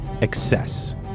excess